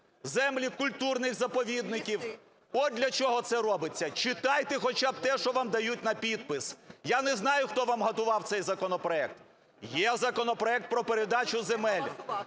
землі культурних заповідників. От для чого це робиться. Читайте хоча б те, що вам дають на підпис. Я не знаю, хто вам готував цей законопроект. Є законопроект про передачу земель.